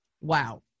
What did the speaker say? wow